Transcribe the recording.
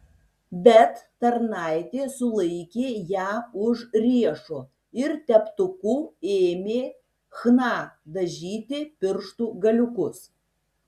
bet tarnaitė sulaikė ją už riešo ir teptuku ėmė chna dažyti pirštų galiukus